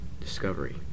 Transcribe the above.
Discovery